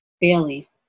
Bailey